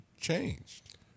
changed